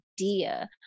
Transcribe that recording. idea